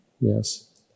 Yes